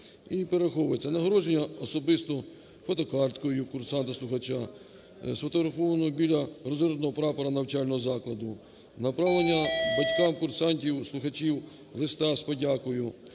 "нагородження особистою фотокарткою курсанта (слухача), сфотографованого біля розгорнутого прапора навчального закладу; направлення батькам курсанта (слухача) листа з подякою;